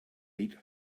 eat